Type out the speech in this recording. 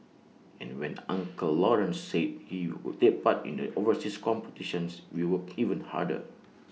and when the uncle Lawrence said he would take part in the overseas competitions we worked even harder